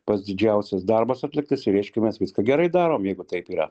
pats didžiausias darbas atliktas ir reiškia mes viską gerai darom jeigu taip yra